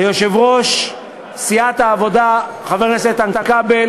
ליושב-ראש סיעת העבודה חבר הכנסת איתן כבל